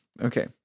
okay